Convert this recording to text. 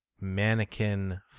mannequin